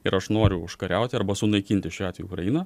ir aš noriu užkariauti arba sunaikinti šiuo atveju ukrainą